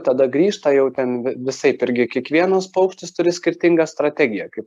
tada grįžta jau ten visaip irgi kiekvienas paukštis turi skirtingą strategiją kaip